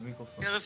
(השמעת הקלטה) עכשיו,